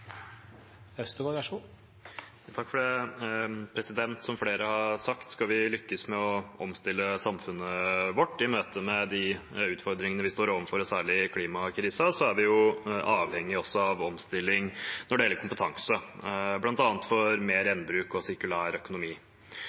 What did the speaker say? Som flere har sagt: Skal vi lykkes med å omstille samfunnet vårt i møte med de utfordringene vi står overfor, og særlig klimakrisen, er vi også avhengig av omstilling når det gjelder kompetanse, bl.a. for mer gjenbruk og